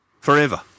Forever